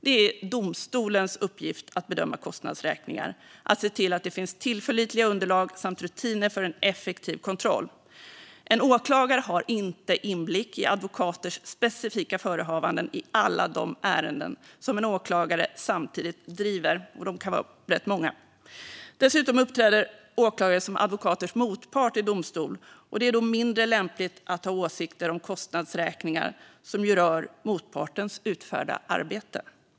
Det är domstolens uppgift att bedöma kostnadsräkningar och att se till att det finns tillförlitliga underlag samt rutiner för en effektiv kontroll. En åklagare har inte inblick i advokaters specifika förehavanden i alla de ärenden som en åklagare samtidigt driver - de kan vara rätt många. Dessutom uppträder åklagare som advokaters motpart i domstol. Det är då mindre lämpligt att ha åsikter om kostnadsräkningar, som ju rör motpartens utförda arbete.